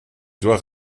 doit